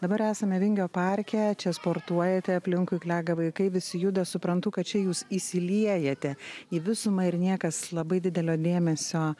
dabar esame vingio parke čia sportuojate aplinkui klega vaikai visi juda suprantu kad čia jūs įsiliejate į visumą ir niekas labai didelio dėmesio